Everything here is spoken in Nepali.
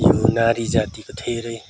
यो नारी जातिको धेरै